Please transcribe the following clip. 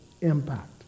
impact